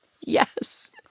Yes